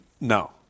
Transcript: No